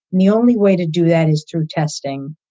and the only way to do that is through testing.